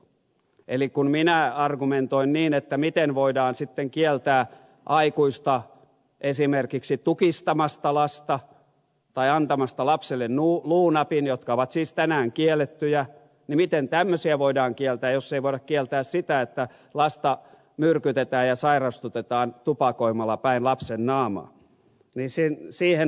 eli kun minä argumentoin niin että miten voidaan sitten kieltää aikuista esimerkiksi tukistamasta lasta tai antamasta lapselle luunapin jotka ovat siis tänään kiellettyjä jos ei voida kieltää sitä että lasta myrkytetään ja sairastutetaan tupakoimalla päin lapsen naamaa niin siihen ed